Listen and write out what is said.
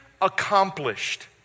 Accomplished